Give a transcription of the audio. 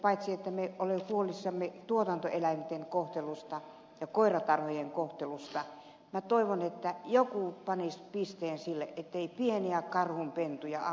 paitsi että olemme huolissamme tuotantoeläinten kohtelusta ja tarhakoirien kohtelusta minä toivon että joku panisi pisteen sille ettei pieniä karhunpentuja ammuttaisi